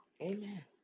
amen